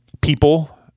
people